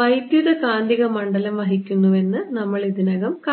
വൈദ്യുതകാന്തിക മണ്ഡലം വഹിക്കുന്നുവെന്ന് നമ്മൾ ഇതിനകം കാണിച്ചു